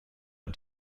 und